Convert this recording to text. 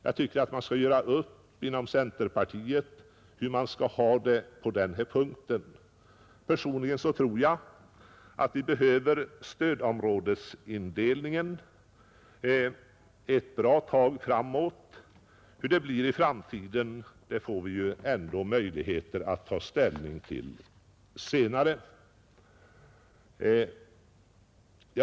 Jag tycker att man inom centerpartiet skall göra upp hur man vill ha det på den här punkten. Personligen tror jag att vi behöver stödområdesindelningen ett bra tag framåt. Hur det blir i framtiden får vi ju ändå möjligheter att ta ställning till senare.